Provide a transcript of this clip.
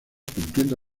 cumpliendo